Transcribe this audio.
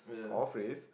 or phrase